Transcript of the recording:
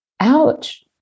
ouch